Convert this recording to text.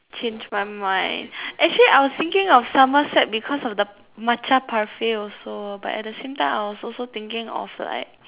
change my mind actually I was thinking of Somerset because of the matcha parfait also but at the same time I was also thinking of like